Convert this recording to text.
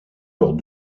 lors